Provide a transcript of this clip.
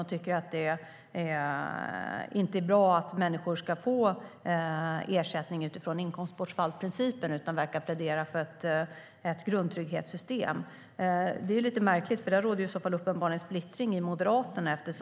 Han tycker inte att det är bra att människor ska få ersättning utifrån inkomstbortfallsprincipen utan verkar plädera för ett grundtrygghetssystem. Det är lite märkligt. Där råder det uppenbarligen en splittring i Moderaterna.